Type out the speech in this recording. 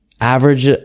average